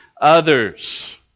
others